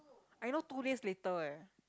I know two days later leh